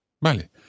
vale